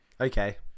Okay